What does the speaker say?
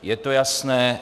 Je to jasné?